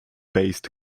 based